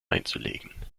einzulegen